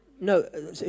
No